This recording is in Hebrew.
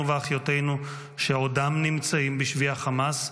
ואחיותינו שעודם נמצאים בשבי החמאס,